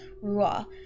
Rua